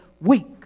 week